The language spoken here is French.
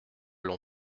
l’on